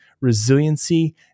resiliency